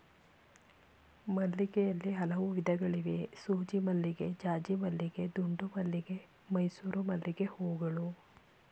ಮಲ್ಲಿಗೆಯಲ್ಲಿ ಹಲವು ವಿಧಗಳಿವೆ ಸೂಜಿಮಲ್ಲಿಗೆ ಜಾಜಿಮಲ್ಲಿಗೆ ದುಂಡುಮಲ್ಲಿಗೆ ಮೈಸೂರು ಮಲ್ಲಿಗೆಹೂಗಳು